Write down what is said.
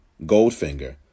Goldfinger